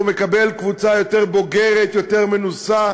הוא מקבל קבוצה יותר בוגרת, יותר מנוסה,